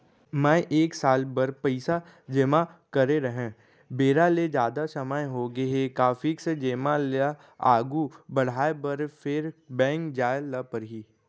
मैं एक साल बर पइसा जेमा करे रहेंव, बेरा ले जादा समय होगे हे का फिक्स जेमा ल आगू बढ़ाये बर फेर बैंक जाय ल परहि?